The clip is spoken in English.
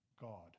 God